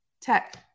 tech